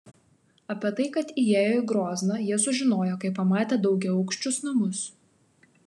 apie tai kad įėjo į grozną jie sužinojo kai pamatė daugiaaukščius namus